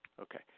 Okay